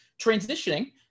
Transitioning